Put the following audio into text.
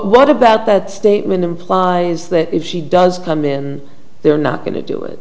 what about that statement implies that if he does come in they're not going to do it